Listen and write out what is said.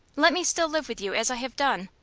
let me still live with you as i have done.